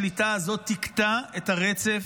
השליטה הזו תקטע את הרצף,